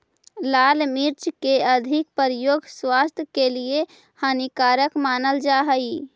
लाल मिर्च के अधिक प्रयोग स्वास्थ्य के लिए हानिकारक मानल जा हइ